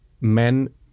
Men